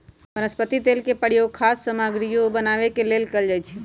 वनस्पति तेल के प्रयोग खाद्य सामगरियो बनावे के लेल कैल जाई छई